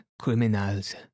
criminals